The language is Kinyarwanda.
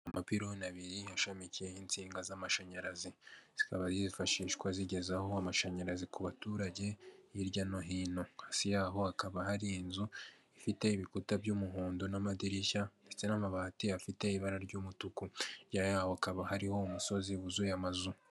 Amapironi abiri ashamikiyeho insinga z'amashanyarazi zikaba zifashishwa zigeza amashanyarazi ku baturage hirya no hino, hasi yaho hakaba hari inzu ifite ibikuta by'umuhondo n'amadirishya ndetse n'amabati afite ibara ry'umutuku, hirya yaho hakaba hariho umusozi wuzuye amazu.